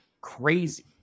crazy